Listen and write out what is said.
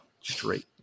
straight